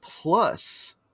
plus